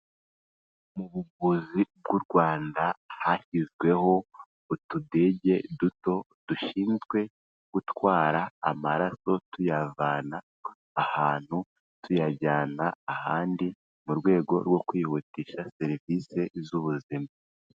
Mu buvuzi bw'u Rwanda hashyizweho utudege duto dushinzwe gutwara amaraso tuyavana ahantu tuyajyana ahandi mu rwego rwo kwihutisha serivisi z'ubuzima.